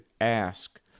ask